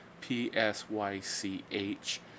P-S-Y-C-H